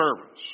service